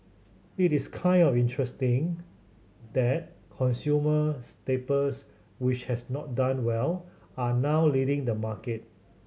it is kind of interesting that consumer staples which had not done well are now leading the market